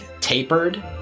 tapered